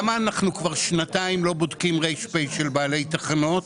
למה אנחנו כבר שנתיים לא בודקים ר"ש של בעלי תחנות?